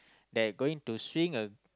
that going to swing a